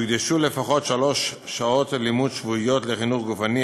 יוקדשו לפחות שלוש שעות לימוד שבועיות לחינוך גופני,